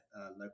local